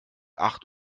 acht